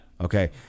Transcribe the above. Okay